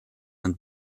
and